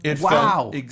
Wow